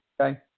Okay